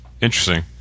interesting